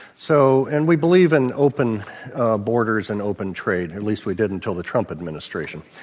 so and we believe in open borders and open trade. at least we did until the trump administration.